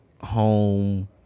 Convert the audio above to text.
home